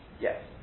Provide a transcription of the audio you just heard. Yes